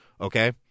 Okay